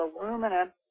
aluminum